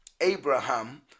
Abraham